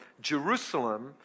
Jerusalem